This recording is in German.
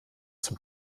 zum